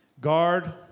Guard